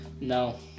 No